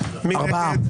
מי נגד?